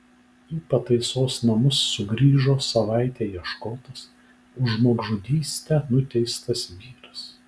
į pataisos namus sugrįžo savaitę ieškotas už žmogžudystę nuteistas vyras